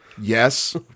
yes